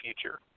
future